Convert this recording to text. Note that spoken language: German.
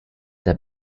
der